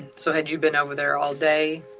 so had you been over there all day,